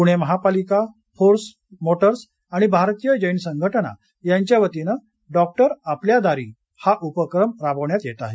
पुणे महापालिका force motors आणि भारतीय जैन संघटना यांच्यावतीने डॉक्टर आपल्या दारी हा उपक्रम राबवण्यात येत आहे